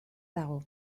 dago